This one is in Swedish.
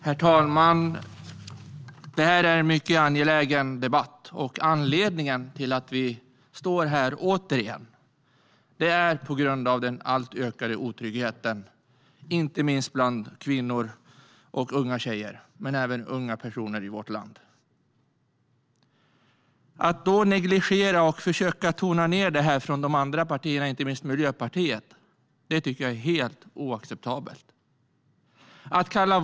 Herr talman! Detta är en mycket angelägen debatt. Anledningen till att vi återigen står här är den alltmer ökande otryggheten, inte minst bland kvinnor och unga tjejer men även bland alla unga personer i vårt land. Att då negligera och försöka tona ned detta från de andra partierna, inte minst Miljöpartiet, tycker jag är helt oacceptabelt.